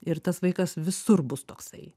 ir tas vaikas visur bus toksai